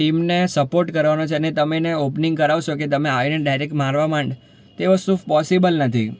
ટીમને સપોર્ટ કરવાનો છે અને તમે એને ઓપનિંગ કરાવશો કે તમે આવીને ડાયરેક મારવા માંડ તે વસ્તુ પોસિબલ નથી